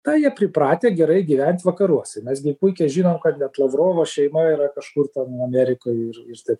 na jie pripratę gerai gyventi vakaruose mes gi puikiai žinom kad net lavrovo šeima yra kažkur ten amerikoj ir ir taip